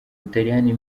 butaliyani